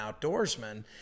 outdoorsman